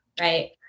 right